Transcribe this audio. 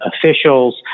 officials